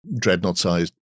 dreadnought-sized